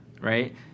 right